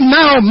now